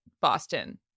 Boston